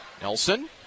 Nelson